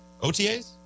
OTAs